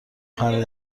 خمیر